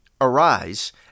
Arise